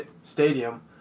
Stadium